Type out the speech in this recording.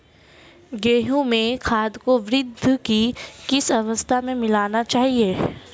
गेहूँ में खाद को वृद्धि की किस अवस्था में मिलाना चाहिए?